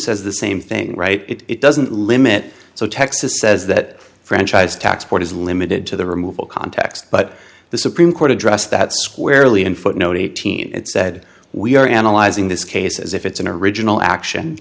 says the same thing right it doesn't limit so texas says that franchise tax board is limited to the removal context but the supreme court addressed that squarely in footnote eighteen and said we are analyzing this case as if it's an original action